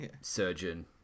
surgeon